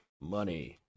money